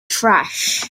trash